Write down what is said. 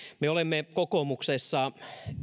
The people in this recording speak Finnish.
me olemme kokoomuksessa